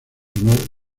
honor